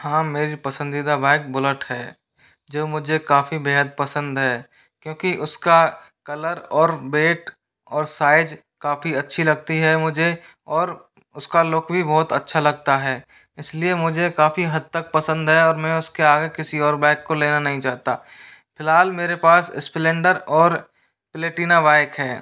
हाँ मेरी पसंदीदा बाइक बुलट है जो मुझे काफ़ी बेहद पसंद है क्योंकि उसका कलर और वेट और साइज काफ़ी अच्छी लगती है मुझे और उसका लूक भी बहुत अच्छा लगता है इस लिए मुझे काफ़ी हद तक पसंद है और मैं उसके आगे किसी और बाइक को लेना नहीं चाहता फ़िलहाल मेरे पास इस्प्लेंडर और प्लेटिना बाइक है